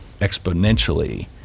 exponentially